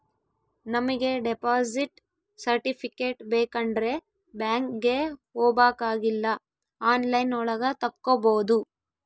ನಮಿಗೆ deposit certificate ಬೇಕಂಡ್ರೆ ಬ್ಯಾಂಕ್ಗೆ ಹೋಬಾಕಾಗಿಲ್ಲ ಆನ್ಲೈನ್ ಒಳಗ ತಕ್ಕೊಬೋದು